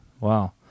wow